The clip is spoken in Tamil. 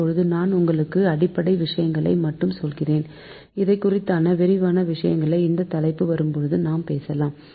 இப்போது நான் உங்களுக்கு அடிப்படை விஷயங்களை மட்டும் சொல்கிறேன் இதை குறித்தான விரிவான விஷயங்களை இந்த தலைப்பு வரும்போது நாம் பேசலாம்